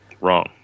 Wrong